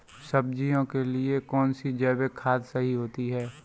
सब्जियों के लिए कौन सी जैविक खाद सही होती है?